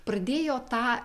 pradėjo tą